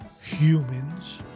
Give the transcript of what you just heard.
humans